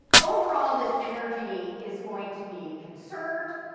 overall this energy is going to be conserved.